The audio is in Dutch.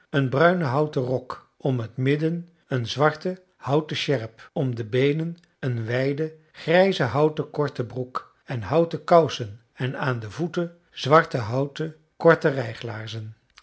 een bruinen houten rok om het midden een zwarte houten sjerp om de beenen een wijde grijze houten korte broek en houten kousen en aan de voeten zwarte houten korte rijglaarzen